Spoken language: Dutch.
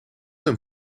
hem